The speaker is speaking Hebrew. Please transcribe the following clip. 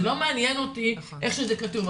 זה לא מעניין אותי איך זה כתוב.